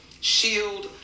shield